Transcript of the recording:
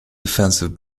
defensive